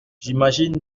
j’imagine